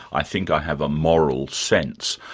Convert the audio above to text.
i think i have a moral sense.